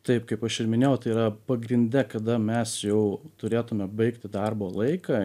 taip kaip aš ir minėjau tai yra pagrinde kada mes jau turėtume baigti darbo laiką